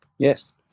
Yes